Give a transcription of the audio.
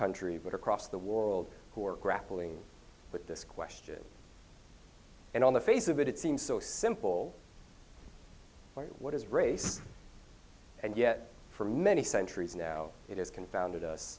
country but across the world who are grappling with this question and on the face of it it seems so simple why what is race and yet for many centuries now it has confounded us